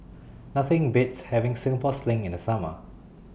Nothing Beats having Singapore Sling in The Summer